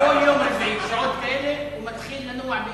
בכל יום רביעי בשעות כאלה הוא מתחיל לנוע באי-נחת.